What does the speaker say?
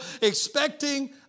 Expecting